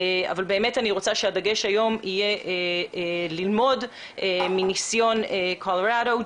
אבל אני רוצה שהדגש היום יהיה ללמוד מניסיון קולורדו.